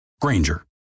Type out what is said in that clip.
Granger